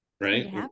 Right